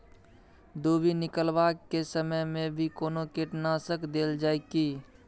दुभी निकलबाक के समय मे भी कोनो कीटनाशक देल जाय की?